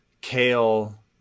Kale